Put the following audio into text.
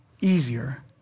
easier